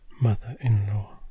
Mother-in-law